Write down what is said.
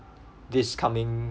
this coming